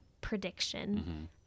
prediction